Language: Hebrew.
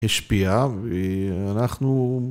השפיעה ואנחנו